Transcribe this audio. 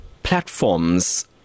platforms